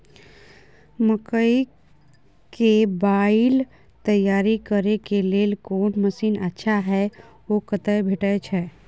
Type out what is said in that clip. मकई के बाईल तैयारी करे के लेल कोन मसीन अच्छा छै ओ कतय भेटय छै